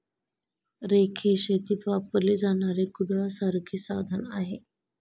rake हे शेतीत वापरले जाणारे कुदळासारखे साधन आहे